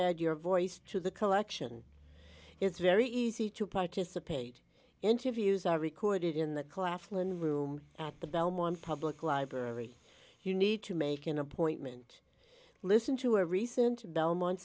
add your voice to the collection it's very easy to participate interviews are recorded in the claflin room at the belmont public library you need to make an appointment listen to a recent belmont